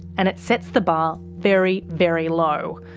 and it sets the bar very, very low,